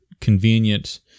convenient